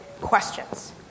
questions